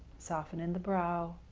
soften in the brow.